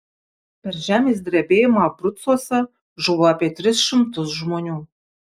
per žemės drebėjimą abrucuose žuvo apie tris šimtus žmonių